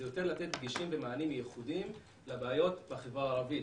זה יותר לתת דגשים ומענים ייחודיים לבעיות בחברה הערבית,